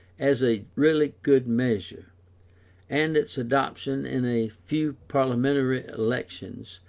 as a really good measure and its adoption in a few parliamentary elections,